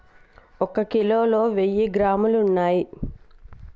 ఒక కిలోలో వెయ్యి గ్రాములు ఉన్నయ్